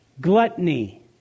gluttony